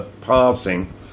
passing